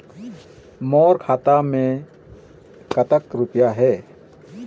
मोर खाता मैं कतक रुपया हे?